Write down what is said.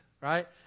right